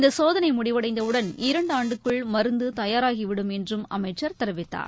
இந்தசோதனைமுடிவடைந்தவுடன் இரண்டாண்டுகளுக்குள் மருந்துதயாராகிவிடும் என்றும் அமைச்சர் தெரிவித்தார்